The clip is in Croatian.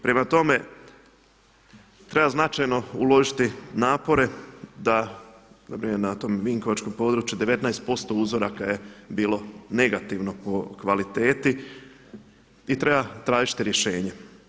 Prema tome, treba značajno uložiti napore da na primjer na tom vinkovačkom području 19% uzoraka je bilo negativno po kvaliteti i treba tražiti rješenje.